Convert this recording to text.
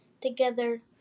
together